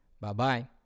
Bye-bye